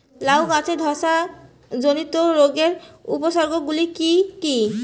লাউ গাছের ধসা জনিত রোগের উপসর্গ গুলো কি কি?